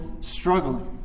struggling